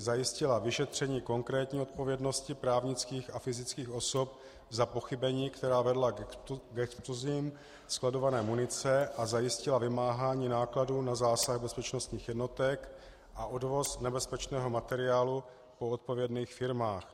III. zajistila vyšetření konkrétní odpovědnosti právnických a fyzických osob za pochybení, která vedla k explozím skladované munice, a zajistila vymáhání nákladů na zásah bezpečnostních jednotek a odvoz nebezpečného materiálu po odpovědných firmách;